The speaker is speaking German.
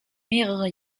mehrere